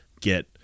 get